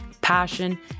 passion